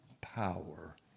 power